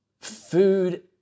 food